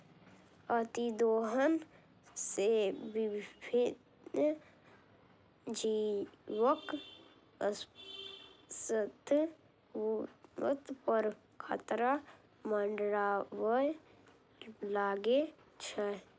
अतिदोहन सं विभिन्न जीवक अस्तित्व पर खतरा मंडराबय लागै छै